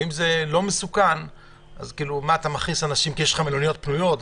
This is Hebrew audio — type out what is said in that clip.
ואם זה לא מסוכן אז למה להכניס אנשים סתם רק בגלל שיש מלוניות פנויות.